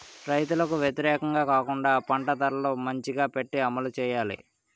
రైతులకు వ్యతిరేకంగా కాకుండా పంట ధరలు మంచిగా పెట్టి అమలు చేయాలి